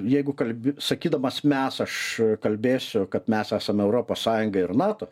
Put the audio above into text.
jeigu kalbi sakydamas mes aš kalbėsiu kad mes esam europos sąjunga ir nato